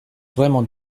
vraiment